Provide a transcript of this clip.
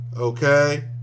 okay